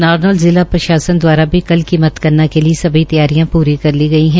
नारनौल जिला प्रशासन दवारा भी कल की मतगणना के लिये सभी तैयारियां कर ली गई है